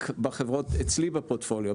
רק בחברות שאצלי ב-Portfolio,